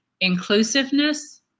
inclusiveness